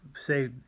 say